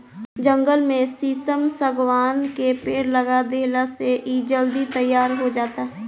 जंगल में शीशम, शागवान के पेड़ लगा देहला से इ जल्दी तईयार हो जाता